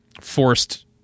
forced